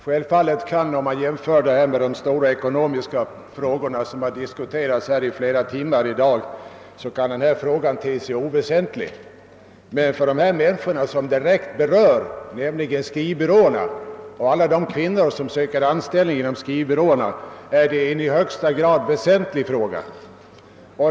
Herr talman! I jämförelse med de stora ekonomiska frågor som diskuterats i flera timmar här i dag kan detta ärende te sig oväsentligt, men för dem som är direkt berörda, nämligen skrivbyråerna och alla de kvinnor som söker anställning genom skrivbyråerna, är det en i hög grad väsentlig fråga.